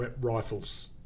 rifles